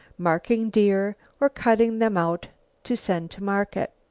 marking deer or cutting them out to send to market.